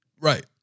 Right